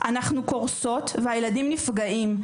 אנחנו קורסות והילדים נפגעים,